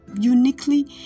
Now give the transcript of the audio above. uniquely